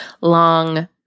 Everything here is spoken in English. long